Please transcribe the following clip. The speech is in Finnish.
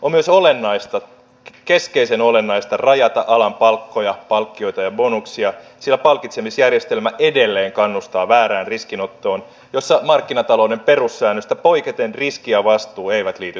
on myös olennaista keskeisen olennaista rajata alan palkkoja palkkioita ja bonuksia sillä palkitsemisjärjestelmä edelleen kannustaa väärään riskinottoon jossa markkinatalouden perussäännöstä poiketen riski ja vastuu eivät liity toisiinsa